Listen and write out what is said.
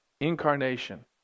incarnation